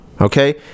Okay